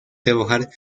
trabajar